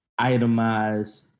itemize